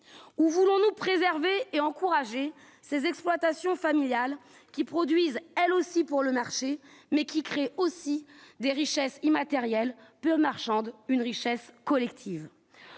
ou voulons-nous préserver et encourager ces exploitations familiales qui produisent elles aussi pour le marché, mais qui crée aussi des richesses immatérielles peu marchande une richesse collective